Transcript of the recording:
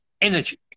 energy